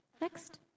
Next